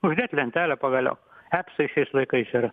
uždėt lentelę pagaliau epsai šiais laikais yra